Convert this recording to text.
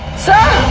sir,